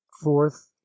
Fourth